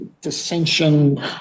dissension